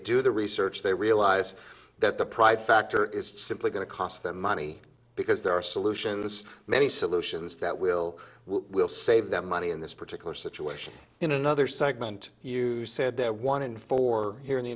do the research they realize that the pride factor is simply going to cost them money because there are solutions many solutions that will will save them money in this particular situation in another segment use said there one in four here in the